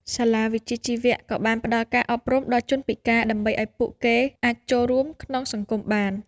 សាលាវិជ្ជាជីវៈក៏បានផ្តល់ការអប់រំដល់ជនពិការដើម្បីឱ្យពួកគេអាចចូលរួមក្នុងសង្គមបាន។